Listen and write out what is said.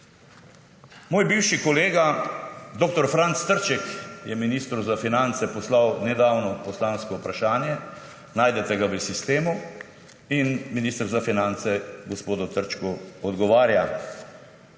Moj bivši kolega dr. Franc Trček je ministru za finance nedavno poslal poslansko vprašanje, najdete ga v sistemu, in minister za finance gospodu Trčku odgovarja.